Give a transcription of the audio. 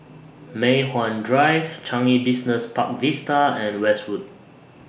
Mei Hwan Drive Changi Business Park Vista and Westwood